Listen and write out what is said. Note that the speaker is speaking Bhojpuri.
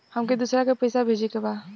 हमके दोसरा के पैसा भेजे के बा?